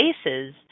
spaces